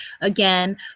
again